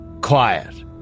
quiet